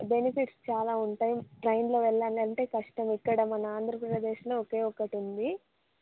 benefits చాలా ఉంటాయి ట్రైన్లో వెళ్ళాలంటే కష్టం ఇక్కడ మన ఆంధ్రప్రదేశ్ లో ఒకే ఒక్కటుంది